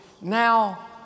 Now